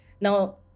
Now